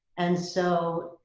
and so